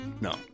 No